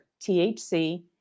THC